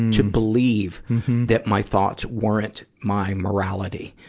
to believe that my thoughts weren't my morality.